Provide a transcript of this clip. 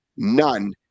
None